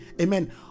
Amen